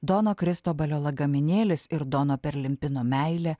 dono kristobalio lagaminėlis ir dono perlimplino meilė